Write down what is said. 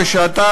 ושאתה,